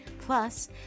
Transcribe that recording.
plus